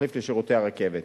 כתחליף לשירותי הרכבת.